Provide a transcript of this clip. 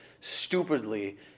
stupidly